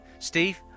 Steve